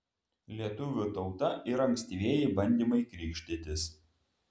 lietuvių tauta ir ankstyvieji bandymai krikštytis